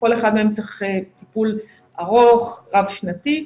כל אחד מהם צריך טיפול ארוך, רב שנתי.